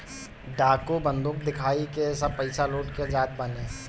डाकू बंदूक दिखाई के सब पईसा लूट ले जात बाने